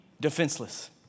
defenseless